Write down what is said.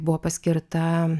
buvo paskirta